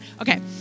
Okay